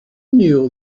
knew